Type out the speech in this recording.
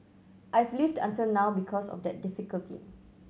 I've lived until now because of that difficulty